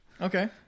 Okay